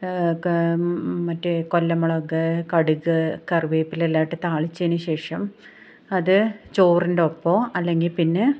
മറ്റേ കൊല്ലം മുളക് കടുക് കറിവേപ്പില എല്ലാം ഇട്ട് താളിച്ചതിനുശേഷം അത് ചോറിൻ്റെ ഒപ്പമോ അല്ലെങ്കിൽപ്പിന്നെ